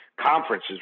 conferences